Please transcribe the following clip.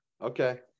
Okay